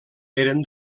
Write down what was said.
eren